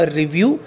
review